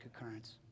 occurrence